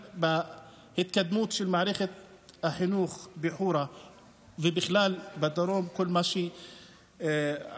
בהתקדמות של מערכת החינוך בחורה ובכלל בדרום בכל מה עשינו,